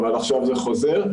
אבל עכשיו זה חוזר.